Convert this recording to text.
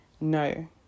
No